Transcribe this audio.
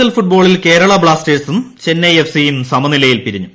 L ഫുട്ബോളിൽ കേരള ബ്ലാസ്റ്റേഴ്സും ചെന്നൈ എഫ്സിയും സമനിലയിൽ പിരിഞ്ഞു